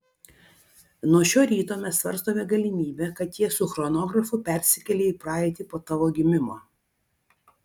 nuo šio ryto mes svarstome galimybę kad jie su chronografu persikėlė į praeitį po tavo gimimo